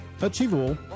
achievable